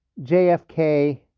JFK